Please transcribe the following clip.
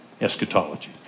eschatology